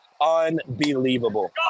unbelievable